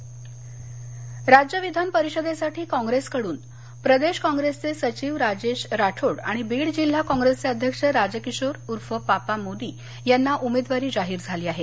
विधान परिषद राज्य विधान परिषदेसाठी काँग्रेसकड्न प्रदेश काँग्रेसचे सचिव राजेश राठोड आणि बीड जिल्हा काँग्रेसचे अध्यक्ष राजकिशोर उर्फ पापा मोदी यांना उमेदवारी जाहीर झाली आहे